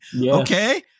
okay